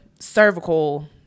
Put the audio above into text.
cervical